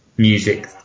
Music